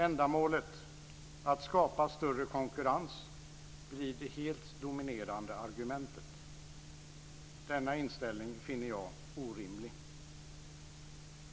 Ändamålet - att skapa större konkurrens - blir det helt dominerande argumentet. Denna inställning finner jag orimlig.